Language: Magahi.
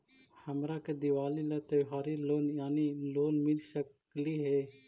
हमरा के दिवाली ला त्योहारी ऋण यानी लोन मिल सकली हे?